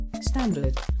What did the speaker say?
standard